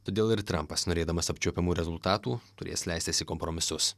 todėl ir trampas norėdamas apčiuopiamų rezultatų turės leistis į kompromisus